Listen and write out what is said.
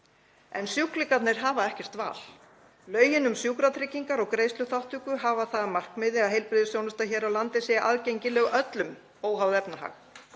en sjúklingarnir hafa ekkert val. Lögin um sjúkratryggingar og greiðsluþátttöku hafa það að markmiði að heilbrigðisþjónustan hér á landi sé aðgengileg öllum, óháð efnahag.